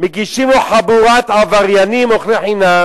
מגישים לו חבורת עבריינים אוכלי חינם